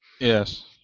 Yes